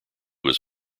was